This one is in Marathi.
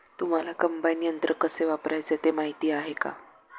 तुम्हांला कम्बाइन यंत्र कसे वापरायचे ते माहीती आहे का?